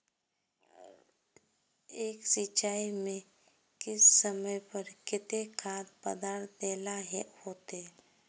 एक सिंचाई में किस समय पर केते खाद पदार्थ दे ला होते?